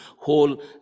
whole